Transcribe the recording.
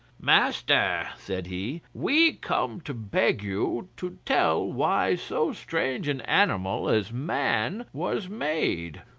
master, said he, we come to beg you to tell why so strange an animal as man was made.